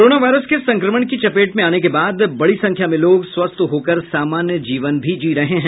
corona virus के संक्रमण की चपेट में आने के बाद बड़ी संख्या में लोग स्वस्थ होकर सामान्य जीवन जी रहे हैं